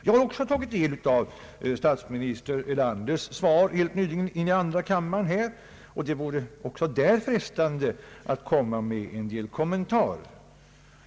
Jag har också tagit del av statsminister Erlanders svar i andra kammaren, och det är ganska frestande att göra en del kommentarer.